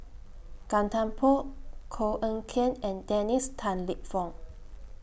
Gan Thiam Poh Koh Eng Kian and Dennis Tan Lip Fong